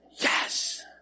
Yes